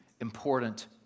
important